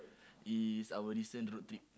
is our recent road trip